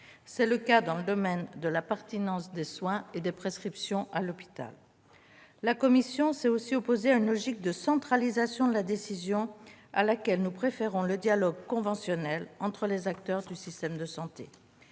C'est le cas dans le domaine de la pertinence des soins et des prescriptions à l'hôpital. La commission s'est aussi opposée à une logique de centralisation de la décision, à laquelle nous préférons le dialogue conventionnel entre les acteurs du système de santé.